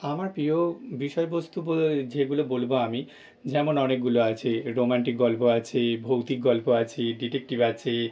আমার প্রিয় বিষয়বস্তু যেগুলো বলব আমি যেমন অনেকগুলো আছে রোম্যান্টিক গল্প আছে ভৌতিক গল্প আছে ডিটেকটিভ আছে